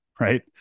right